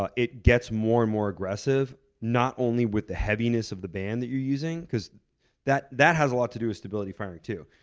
ah it gets more and more aggressive not only with the heaviness of the band that you're using cause that that has a lot to do with stability firing, too.